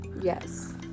Yes